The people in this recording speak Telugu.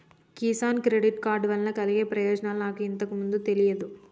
కిసాన్ క్రెడిట్ కార్డు వలన కలిగే ప్రయోజనాలు నాకు ఇంతకు ముందు తెలియదు